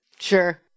Sure